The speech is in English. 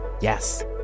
Yes